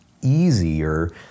Easier